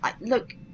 look